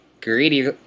Greedy